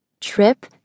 Trip